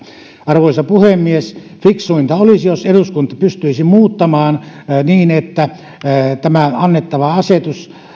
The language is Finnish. arvoisa puhemies fiksuinta olisi jos eduskunta pystyisi muuttamaan tätä niin että annettava asetus